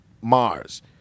Mars